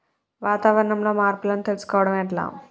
వాతావరణంలో మార్పులను తెలుసుకోవడం ఎట్ల?